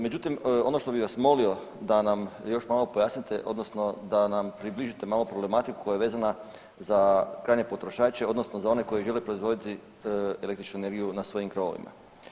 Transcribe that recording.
Međutim, ono što bi vas molio da nam još malo pojasnite odnosno da nam približite malo problematiku koja je vezana za krajnje potrošače odnosno za one koji žele proizvoditi električnu energiju na svojim krovovima.